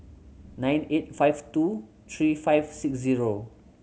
nine eight five two three five six zero